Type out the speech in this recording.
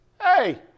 hey